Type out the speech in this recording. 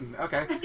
Okay